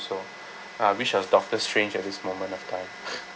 so uh wish I was doctor strange at this moment of time